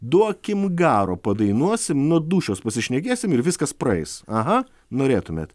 duokim garo padainuosim nuo dūšios pasišnekėsim ir viskas praeis aha norėtumėt